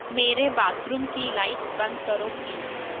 میرے bathroom کی lights بند کرو پلیز